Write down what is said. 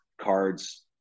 cards